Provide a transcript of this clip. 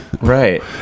right